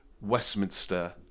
Westminster